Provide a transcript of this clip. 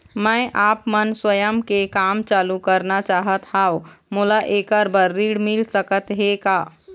मैं आपमन स्वयं के काम चालू करना चाहत हाव, मोला ऐकर बर ऋण मिल सकत हे का?